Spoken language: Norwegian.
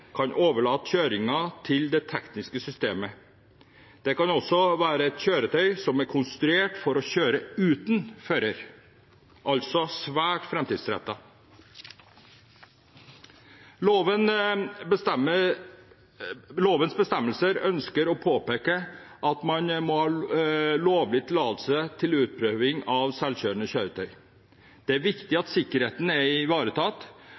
kan overlate kjøringen til det tekniske systemet. Det kan også være et kjøretøy som er konstruert for å kjøre uten fører, altså svært framtidsrettet. Lovens bestemmelser ønsker å påpeke at man må ha lovlig tillatelse til utprøving av selvkjørende kjøretøy. Det er viktig at sikkerheten er ivaretatt